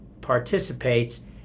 participates